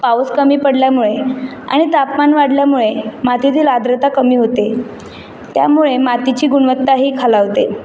पाऊस कमी पडल्यामुळे आणि तापमान वाढल्यामुळे मातीतील आर्द्रता कमी होते त्यामुळे मातीची गुणवत्ताही खालावते